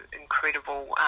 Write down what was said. incredible